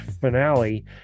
finale